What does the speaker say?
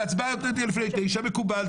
וההצבעה לא תהיה לפני 09:00. מקובל,